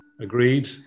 agreed